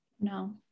no